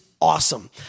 awesome